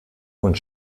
und